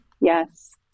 yes